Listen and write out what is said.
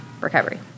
recovery